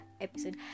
episode